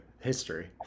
history